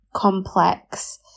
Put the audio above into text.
complex